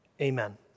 Amen